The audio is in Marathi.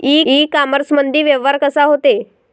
इ कामर्समंदी व्यवहार कसा होते?